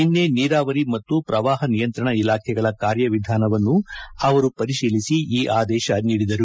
ನಿನ್ನೆ ನೀರಾವರಿ ಮತ್ತು ಪ್ರವಾಹ ನಿಯಂತ್ರಣ ಇಲಾಖೆಗಳ ಕಾರ್ಯ ವಿಧಾನವನ್ನು ಅವರು ಪರಿಶೀಲಿಸಿ ಈ ಆದೇಶ ನೀಡಿದರು